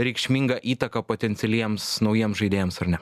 reikšmingą įtaką potencialiems naujiems žaidėjams ar ne